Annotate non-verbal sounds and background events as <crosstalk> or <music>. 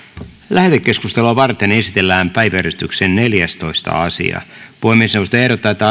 lähetekeskustelua varten esitellään päiväjärjestyksen viidestoista asia puhemiesneuvosto ehdottaa että <unintelligible>